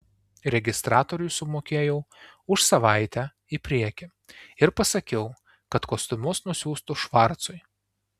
registratoriui sumokėjau už savaitę į priekį ir pasakiau kad kostiumus nusiųstų švarcui